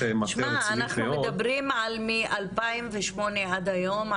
מטה רצינית מאוד --- אנחנו מדברים על מ-2008 עד היום,